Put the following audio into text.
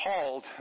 called